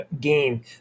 game